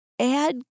add